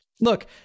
Look